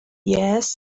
yes